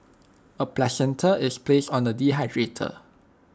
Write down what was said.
A placenta is placed on A dehydrator